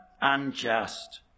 unjust